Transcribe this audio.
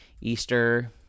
Easter